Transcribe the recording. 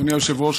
אדוני היושב-ראש,